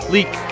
Leak